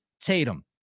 Tatum